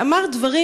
שאמר דברים,